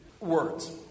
Words